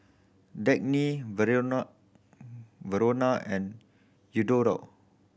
Dagny Verona and Eduardo